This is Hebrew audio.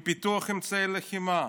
עם פיתוח אמצעי לחימה?